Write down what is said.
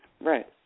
right